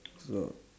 so